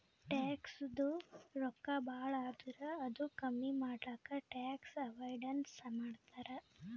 ಟ್ಯಾಕ್ಸದು ರೊಕ್ಕಾ ಭಾಳ ಆದುರ್ ಅದು ಕಮ್ಮಿ ಮಾಡ್ಲಕ್ ಟ್ಯಾಕ್ಸ್ ಅವೈಡನ್ಸ್ ಮಾಡ್ತಾರ್